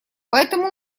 поэтому